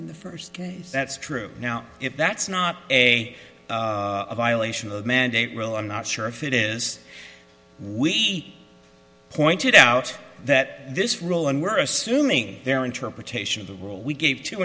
in the first case that's true now if that's not a violation of the mandate really i'm not sure if it is we pointed out that this rule and we're assuming their interpretation of the rule we gave two